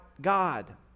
God